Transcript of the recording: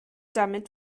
damit